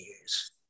years